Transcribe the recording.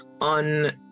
on